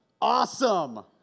awesome